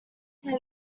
play